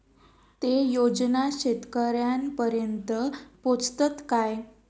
ते योजना शेतकऱ्यानपर्यंत पोचतत काय?